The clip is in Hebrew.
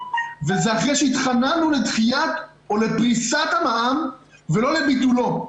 וזה אחרי שהתחננו לדחיית או לפריסת המע"מ ולא לביטולו.